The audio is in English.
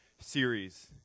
series